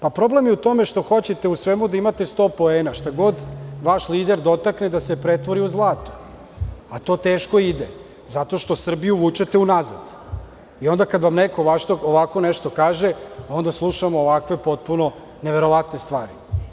Problem je u tome što hoćete u svemu da imate 100 poena, šta god vaš lider da dotakne, da se pretvori u zlato, a to teško ide zato što Srbiju vučete u nazad i onda kada vam neko ovako nešto kaže, slušamo ovakve potpuno neverovatne stvari.